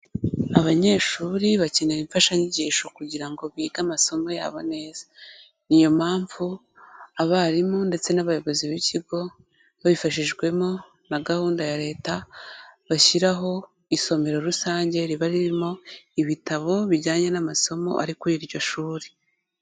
Abanyeshuri bakenera imfashanyigisho kugira ngo bige amasomo yabo neza. Ni iyo mpamvu abarimu ndetse n'abayobozi b'ikigo babifashijwemo na gahunda ya Leta, bashyiraho isomero rusange riba ririmo ibitabo bijyanye n'amasomo ari kuri iryo shuri.